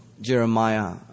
Jeremiah